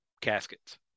caskets